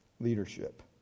leadership